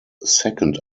second